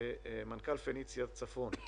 מנכ"ל "פניציה" צפון,